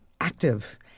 active